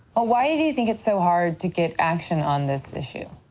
ah why do you think it's so hard to get action on this issue?